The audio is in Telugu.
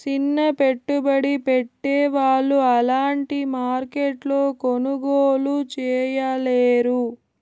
సిన్న పెట్టుబడి పెట్టే వాళ్ళు అలాంటి మార్కెట్లో కొనుగోలు చేయలేరు